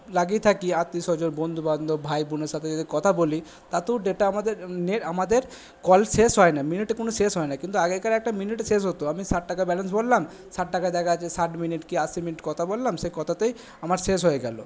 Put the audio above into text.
লাগিয়ে থাকি আত্মীয় স্বজন বন্ধু বান্ধব ভাই বোনের সাথে যদি কথা বলি তাতেও ডেটা আমাদের নেট আমাদের কল শেষ হয় না মিনিটে কোনো শেষ হয় না কিন্তু আগেকার একটা মিনিটে শেষ হতো আমি ষাট টাকার ব্যালেন্স ভরলাম ষাট টাকায় দেখা যাচ্ছে ষাট মিনিট কি আশি মিনিট কথা বললাম সেই কথাতেই আমার শেষ হয়ে গেলো